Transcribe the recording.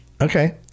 okay